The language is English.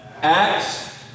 Acts